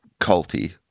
culty